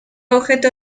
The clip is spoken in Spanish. objeto